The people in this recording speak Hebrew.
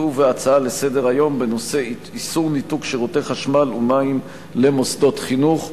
ובהצעה לסדר-היום בנושא: איסור ניתוק שירותי חשמל ומים למוסדות חינוך,